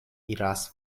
iras